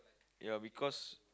ya because